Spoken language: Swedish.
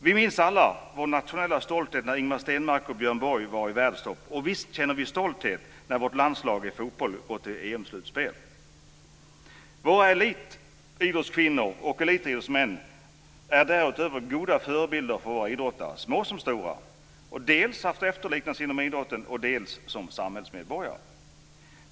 Vi minns alla vår nationella stolthet när Ingemar Stenmark och Björn Borg var i världstopp. Visst känner vi också stolthet när vårt landslag i fotboll nu har gått till EM-slutspel. Våra elitidrottskvinnor och elitidrottsmän är därutöver goda förebilder för våra idrottare, små som stora, att efterlikna inom idrotten och som samhällsmedborgare.